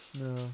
No